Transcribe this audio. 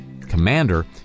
commander